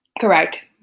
Correct